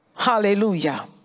Hallelujah